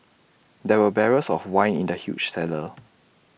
there were barrels of wine in the huge cellar